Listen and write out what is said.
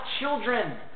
children